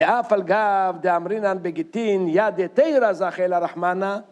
ואף על גב, דאמרינן, בגיטין, יד יתירה זכי לה רחמנא,